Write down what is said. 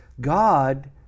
God